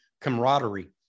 camaraderie